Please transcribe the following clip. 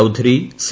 Chaudhary C